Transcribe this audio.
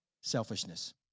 selfishness